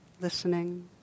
listening